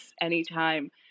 anytime